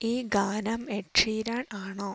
ഈ ഗാനം Ed Sheeran ആണോ